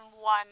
one